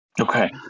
Okay